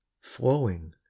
flowing